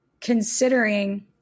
considering